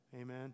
Amen